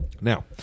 Now